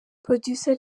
producer